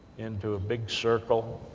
into a big circle,